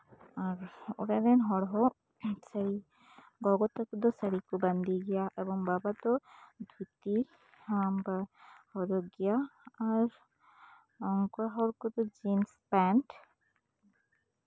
ᱟᱨ ᱚᱲᱟᱜ ᱨᱮᱱ ᱦᱚᱲ ᱦᱚᱸ ᱜᱚᱜᱚ ᱛᱟᱠᱚ ᱫᱚ ᱥᱟ ᱲᱤ ᱠᱚ ᱵᱟᱸᱫᱮᱭ ᱜᱮᱭᱟ ᱟᱨ ᱵᱟᱵᱟ ᱦᱚᱲ ᱠᱚᱫᱚ ᱫᱷᱩᱛᱤ ᱦᱚᱸᱠᱚ ᱦᱚᱨᱚᱜᱽ ᱜᱮᱭᱟ ᱟᱨ ᱠᱚᱲᱟ ᱦᱚᱲ ᱠᱚᱫᱚ ᱡᱤᱱᱥ ᱯᱮᱱᱴ